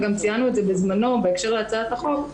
וגם ציינו את זה בזמנו בהקשר להצעת החוק,